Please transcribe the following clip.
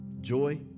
joy